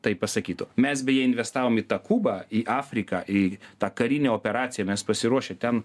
tai pasakytų mes beje investavom į tą kubą į afriką į tą karinę operaciją mes pasiruošę ten